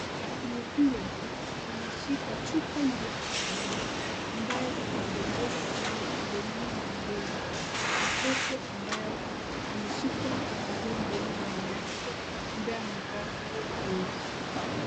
Muuguzi ameshika chupa nyeupe ya dawa ambayo anadondoza kuenda mdomoni mwa mdogo, wa mtoto ambaye ameshikwa afungue mdomo na mama yake ambaye amevaa nguo nyeusi.